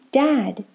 dad